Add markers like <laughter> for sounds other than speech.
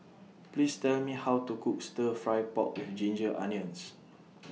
Please Tell Me How to Cook Stir Fry Pork with <noise> Ginger Onions